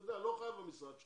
לא חייב מהמשרד שלך.